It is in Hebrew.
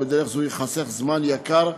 ובדרך זאת ייחסך זמן יקר,